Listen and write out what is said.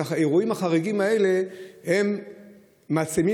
את האירועים החריגים האלה הם מעצימים